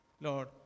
Lord